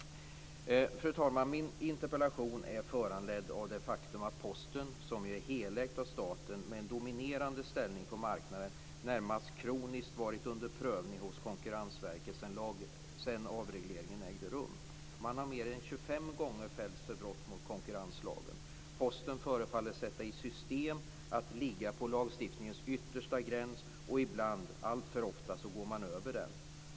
Fru talman! Min interpellation är föranledd av det faktum att Posten, som är helägt av staten och som har en dominerande ställning på marknaden, närmast kroniskt har varit under prövning hos Konkurrensverket sedan avregleringen ägde rum. Man har fällts för brott mot konkurrenslagen mer än 25 gånger. Posten förefaller sätta i system att ligga på lagstiftningens yttersta gräns. Och ibland - alltför ofta - går man över den.